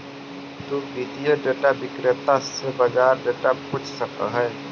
तु वित्तीय डेटा विक्रेता से बाजार डेटा पूछ सकऽ हऽ